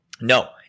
no